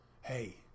hey